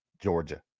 Georgia